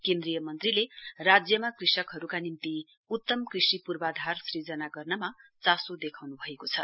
केन्द्रीय मन्त्रीले राज्यमा कृषकहरुका निम्ति उत्तम कृषि पूर्वाधार सृजना गर्नमा चासो देखाउनुभएको छ